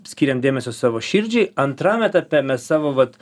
skiriam dėmesio savo širdžiai antram etape mes savo vat